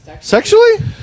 Sexually